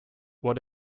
what